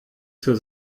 zur